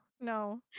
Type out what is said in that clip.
No